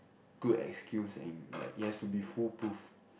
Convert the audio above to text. good excuse and like it has to be foolproof